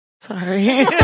Sorry